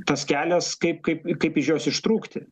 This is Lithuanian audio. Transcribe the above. tas kelias kaip kaip kaip iš jos ištrūkti